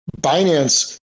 Binance